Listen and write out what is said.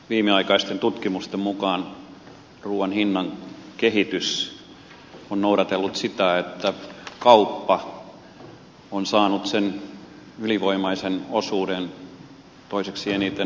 viimeaikaisten tutkimusten mukaan ruuan hinnan kehitys on noudatellut sitä että kauppa on saanut sen ylivoimaisen osuuden toiseksi eniten elintarviketeollisuus